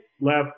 left